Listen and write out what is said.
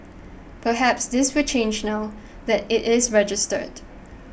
perhaps this will change now that it is registered